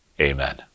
Amen